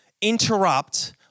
interrupt